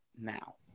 now